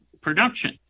production